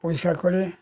পরিষ্কার করে